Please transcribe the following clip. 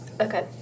Okay